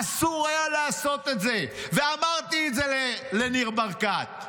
אסור היה לעשות את זה, ואמרתי את זה לניר ברקת.